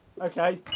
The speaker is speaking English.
Okay